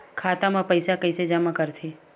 खाता म पईसा कइसे जमा करथे?